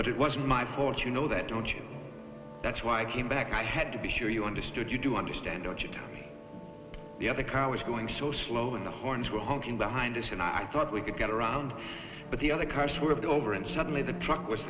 but it was my fault you know that don't you that's why i came back i had to be sure you understood you do understand don't you turn the other car was going so slow and the horns were honking behind us and i thought we could get around but the other car swerved over and suddenly the truck w